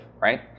right